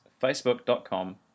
facebook.com